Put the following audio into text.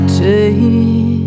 take